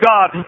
God